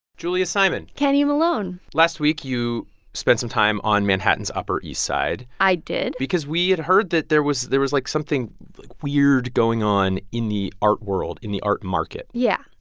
julia simon kenny malone last week, you spent some time on manhattan's upper east side. i did. because we had heard that there was there was like something like weird going on in the art world in the art market yeah,